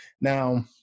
Now